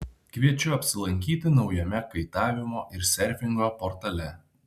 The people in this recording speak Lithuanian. kviečiu apsilankyti naujame kaitavimo ir serfingo portale